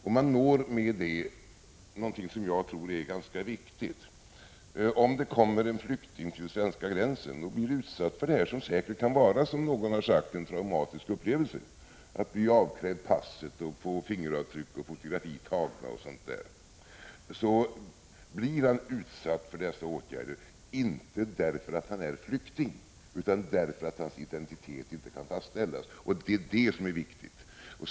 Med detta når man något som jag tror är ganska viktigt: om det kommer en flykting till svenska gränsen och blir utsatt för att bli avkrävd sitt pass och få fingeravtryck tagna och bli fotograferad — vilket säkert kan vara en traumatisk upplevelse, som någon har sagt — så blir han utsatt för dessa åtgärder inte därför att han är flykting, utan därför att hans identitet inte kan fastställas. Det är detta som är viktigt.